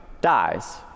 dies